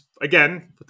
again